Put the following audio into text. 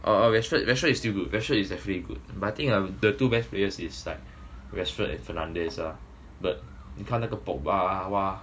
err err rashford rashford is still good rashford is actually good but I think ah the two best players is like rashford and fernandez ah but 你看那个 pogba !wah!